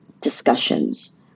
discussions